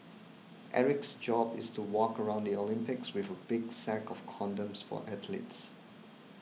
Eric's job is to walk around the Olympics with a big sack of condoms for athletes